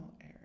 air